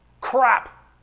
crap